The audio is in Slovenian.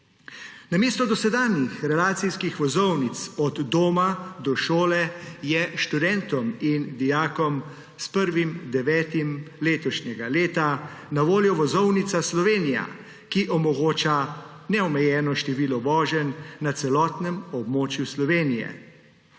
Namesto dosedanjih relacijskih vozovnic od doma do šole je študentom in dijakom s 1. 9. letošnjega leta na voljo vozovnica Slovenija, ki omogoča neomejeno število voženj na celotnem območju Slovenije.